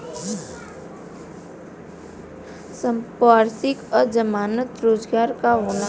संपार्श्विक और जमानत रोजगार का होला?